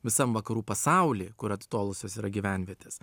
visam vakarų pasauly kur atitolusios yra gyvenvietės